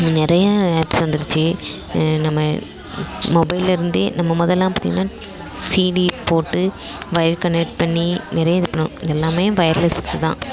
நிறையா ஆப்ஸ் வந்திருச்சு நம்ம மொபைலில் இருந்தே நம்ம மொதெல்லாம் பார்த்திங்ன்னா சிடி போட்டு ஒயர் கனைக்ட் பண்ணி நிறைய இது பண்ணுவோம் எல்லாமே ஒயர்லஸ் தான்